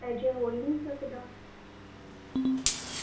ਅਜਿਹਾ ਹੋ ਹੀ ਨਹੀਂ ਸਕਦਾ